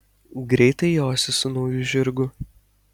greitai josi su nauju žirgu